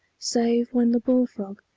save when the bull-frog,